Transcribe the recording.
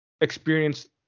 experience